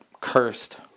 cursed